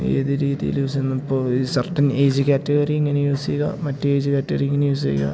ഏത് രീതിയില് യൂസ് ചെയ്യണം ഇപ്പോള് സർട്ടൻ ഏജ് കാറ്റഗറി ഇങ്ങനെ യൂസ് ചെയ്യുക മറ്റെ ഏജ് കാറ്റഗറി ഇങ്ങനെ യൂസ് ചെയ്യുക